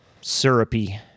Syrupy